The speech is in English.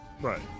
right